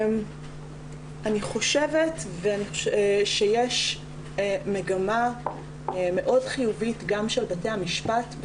אני חושבת שבשנים האחרונות יש מגמה מאוד חיובית גם של בתי המשפט.